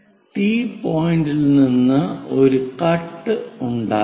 T പോയിന്റിൽ നിന്ന് ഒരു കട്ട് ഉണ്ടാക്കുക